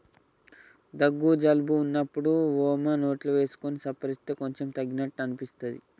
దగ్గు జలుబు వున్నప్పుడు వోమ నోట్లో వేసుకొని సప్పరిస్తే కొంచెం తగ్గినట్టు అనిపిస్తది